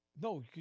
No